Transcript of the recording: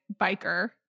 biker